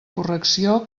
correcció